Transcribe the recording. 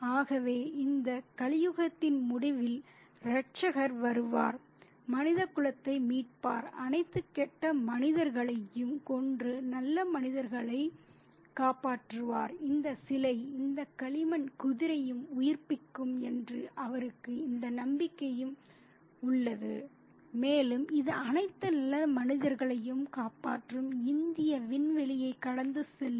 ஆகவே இந்த கலியுகத்தின் முடிவில் இரட்சகர் வருவார் மனிதகுலத்தை மீட்பவர் அனைத்து கெட்ட மனிதர்களையும் கொன்று நல்ல மனிதர்களைக் காப்பாற்றுவார் இந்த சிலை இந்த களிமண் குதிரையும் உயிர்ப்பிக்கும் என்று அவருக்கு இந்த நம்பிக்கையும் உள்ளது மேலும் இது அனைத்து நல்ல மனிதர்களையும் காப்பாற்றும் இந்திய விண்வெளியைக் கடந்து செல்லும்